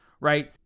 right